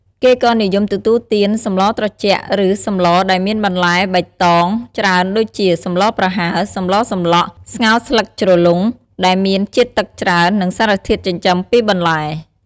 គេក៏និយមទទួលទាន សម្លត្រជាក់ឬសម្លដែលមានបន្លែបៃតងច្រើនដូចជា សម្លប្រហើរ សម្លសម្លក់ ស្ងោរស្លឹកជ្រលង់ ដែលមានជាតិទឹកច្រើន និងសារធាតុចិញ្ចឹមពីបន្លែ។